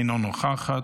אינה נוכחת,